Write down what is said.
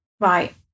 right